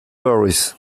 berries